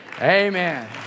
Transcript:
Amen